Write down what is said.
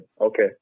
Okay